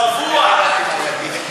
צבוע.